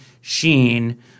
Sheen